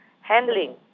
handling